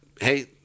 Hey